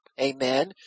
Amen